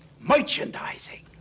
Merchandising